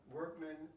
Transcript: workmen